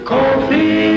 Coffee